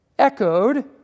echoed